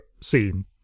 scene